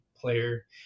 player